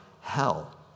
hell